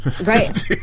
Right